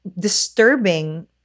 disturbing